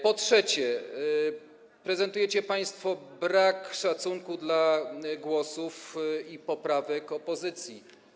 Po trzecie, prezentujecie państwo brak szacunku dla głosów i poprawek opozycji.